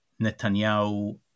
Netanyahu